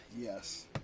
Yes